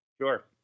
Sure